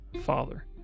father